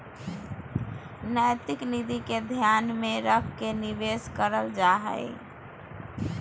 नैतिक नीति के ध्यान में रख के निवेश करल जा हइ